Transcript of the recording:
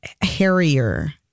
Harrier